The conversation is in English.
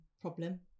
problem